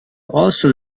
also